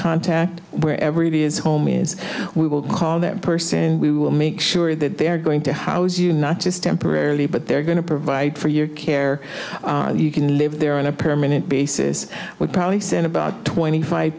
contact wherever it is home is we will call that person we will make sure that they are going to house you not just temporarily but they're going to provide for your care you can live there on a permanent basis would probably send about twenty five